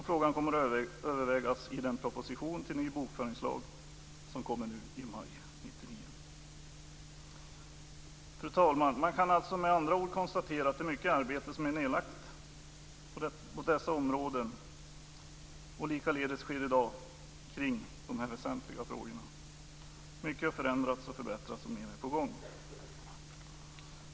Frågan kommer att övervägas i den proposition till ny bokföringslag som kommer nu i maj 1999. Fru talman! Man kan med andra ord konstatera att det är mycket arbete som är nedlagt på dessa områden, och likaledes sker i dag kring dessa väsentliga frågor. Mycket har förändrats och förbättrats, och mer är på gång.